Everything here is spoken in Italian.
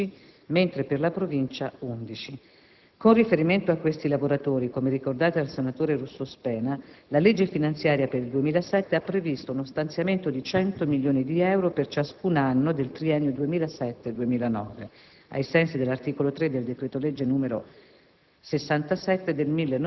Attualmente le cooperative convenzionate con il Comune risultano essere 12, mentre per la Provincia 11. Con riferimento a questi lavoratori, come ricordato dal senatore Russo Spena, la legge finanziaria per il 2007 ha previsto uno stanziamento di 100 milioni di euro per ciascun anno del triennio 2007-2009,